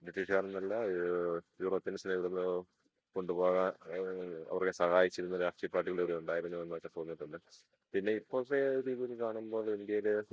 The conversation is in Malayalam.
ബ്രിട്ടീഷുകാർ എന്നല്ല യൂറോപ്പിയൻസിനെ ഇവിടെ നിന്ന് കൊണ്ടു പോകാൻ അവരെ സഹായിച്ചിരുന്ന രാഷ്ട്രീയ പാർട്ടികൾ ഇവിടെ ഉണ്ടായിരുന്നു എന്നൊക്കെ തോന്നിയിട്ടുണ്ട് പിന്നെ ഇപ്പോഴത്തെ രീതിയിൽ കാണുമ്പോൾ ഇന്ത്യയിൽ